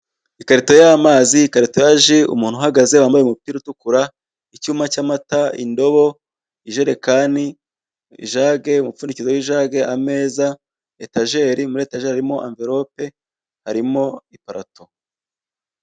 Ikarito yamaz, i ikarito ya ji, umuntu uhagaze wambaye umupira utukura, icyuma cy'amata, indobo, ijerekani, ijagi, umupfundikizo w'ijagi, ameza, etajeri muri etajeri harimo amvilope harimo iparato.